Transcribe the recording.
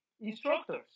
instructors